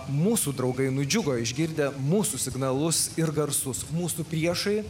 mūsų draugai nudžiugo išgirdę mūsų signalus ir garsus mūsų priešai